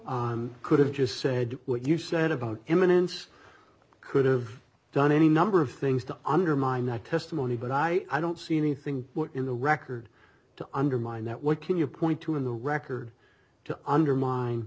who could have just said what you said about imminence could have done any number of things to undermine that testimony but i don't see anything in the record to undermine that what can you point to in the record to undermine